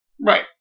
Right